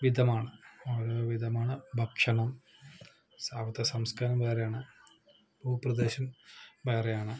വിധമാണ് ഓരോ വിധമാണ് ഭക്ഷണം അവിടുത്തെ സംസ്കാരം വേറെയാണ് ഭൂപ്രദേശം വേറെയാണ്